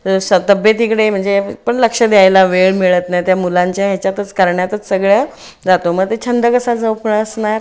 जसं तब्येतीकडे म्हणजे पण लक्ष द्यायला वेळ मिळत नाही त्या मुलांच्या ह्याच्यातच करण्यात सगळ्या जातो मग ते छंद कसा जोपासणार